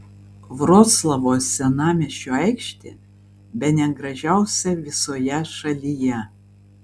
vroclavo senamiesčio aikštė bene gražiausia visoje šalyje